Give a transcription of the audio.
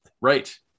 Right